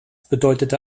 bedeutete